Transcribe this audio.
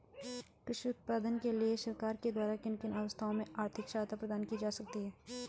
कृषि उत्पादन के लिए सरकार के द्वारा किन किन अवस्थाओं में आर्थिक सहायता प्रदान की जाती है?